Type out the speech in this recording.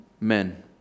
men